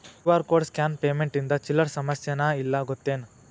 QR code scan payment ಇಂದ ಚಿಲ್ಲರ್ ಸಮಸ್ಯಾನ ಇಲ್ಲ ಗೊತ್ತೇನ್?